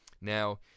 Now